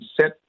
set